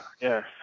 Yes